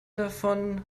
davon